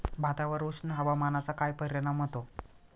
भातावर उष्ण हवामानाचा काय परिणाम होतो?